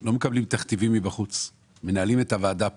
לא מקבלים תכתיבים מבחוץ, מנהלים את הוועדה פה.